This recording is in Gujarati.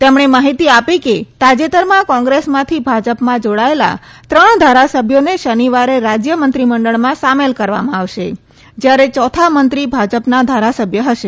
તેમણે માહિતી આપી કે તાજેતરમાં કોંગ્રેસમાંથી ભાજપમાં જાડાયેલા ત્રણ ધારાસભ્યોને શનિવારે રાજય મંત્રીમંડળમાં સામેલ કરવામાં આવશે જયારેચોથા મંત્રી ભાજપના ધારાસભ્ય હશે